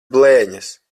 blēņas